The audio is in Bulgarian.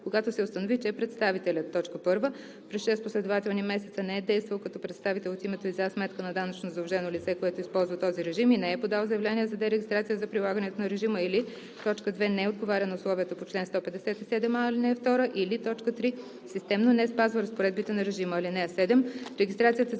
когато се установи, че представителят: 1. през 6 последователни месеца не е действал като представител от името и за сметка на данъчно задължено лице, което използва този режим, и не е подал заявление за дерегистрация за прилагането на режима, или 2. не отговаря на условията по чл. 157а, ал. 2, или 3. системно не спазва разпоредбите на режима.